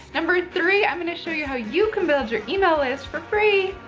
number three, i'm going to show you how you can build your email list for free.